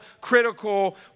critical